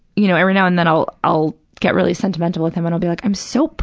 you know, every now and then i'll i'll get really sentimental with him and i'll be like, i'm so p,